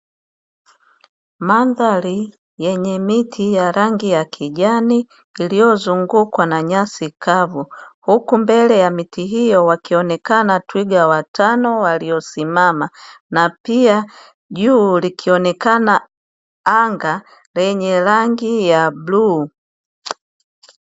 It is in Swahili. Mandhari yenye miti ya rangi ya kijani, iliyozungukwa na nyasi kavu, huku mbele ya miti hiyo wakionekana twiga watano waliosimama, na pia juu likionekana anga lenye rangi ya bluu.